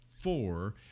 four